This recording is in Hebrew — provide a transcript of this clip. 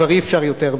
כבר אי-אפשר יותר,